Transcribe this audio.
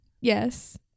Yes